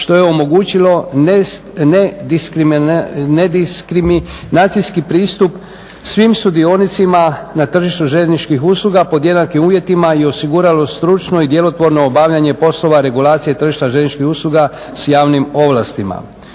što je omogućilo nediskriminacijski pristup svim sudionicima na tržištu željezničkih usluga pod jednakim uvjetima i osiguralo stručno i djelotvorno obavljanje poslova regulacije tržišta željezničkih usluga sa javnim ovlastima.